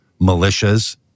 militias